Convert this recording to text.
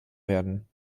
werden